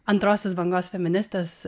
antrosios bangos feministės